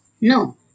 No